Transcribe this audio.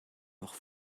doch